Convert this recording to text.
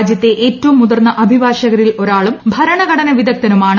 രാജ്യത്തെ ഏറ്റവും മുതിർന്ന അഭിഭാഷകരിൽ ഒരാളും ഭരണഘടന വിദഗ്ധനും ആണ്